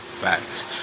Facts